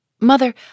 Mother